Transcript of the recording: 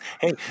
hey